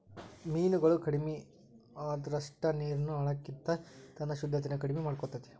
ಮೇನುಗಳು ಕಡಮಿ ಅಅದಷ್ಟ ನೇರುನು ಹಾಳಕ್ಕತಿ ತನ್ನ ಶುದ್ದತೆನ ಕಡಮಿ ಮಾಡಕೊತತಿ